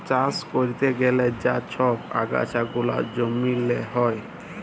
চাষ ক্যরতে গ্যালে যা ছব আগাছা গুলা জমিল্লে হ্যয়